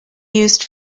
used